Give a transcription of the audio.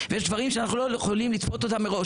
ויש דברים שאנחנו לא יכולים לצפות אותם מראש.